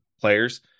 players